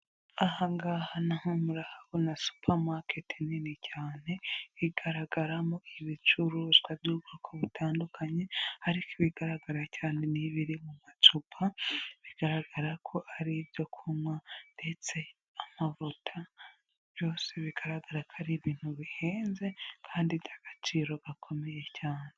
Aha ngaha naho murahabona Supamaketi nini cyane, igaragaramo ibicuruzwa by'ubwoko butandukanye, ariko ibigaragara cyane ni ibiri mu macupa, bigaragara ko ari ibyo kunywa, ndetse amavuta, byose bigaragara ko ari ibintu bihenze, kandi by'agaciro gakomeye cyane.